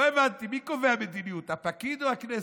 לא הבנתי, מי קובע מדיניות, הפקיד או הכנסת?